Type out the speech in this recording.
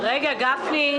רגע, גפני.